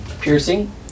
piercing